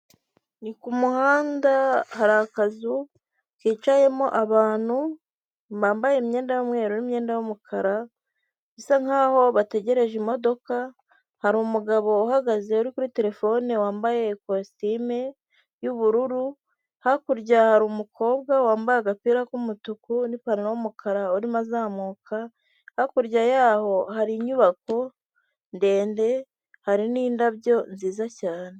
Inzu ikodeshwa iri Kicukiro muri Kigali, ifite ibyumba bine n'amadushe atatu na tuwarete ikaba ikodeshwa amafaranga ibihumbi magana atanu ku kwezi.